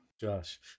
Josh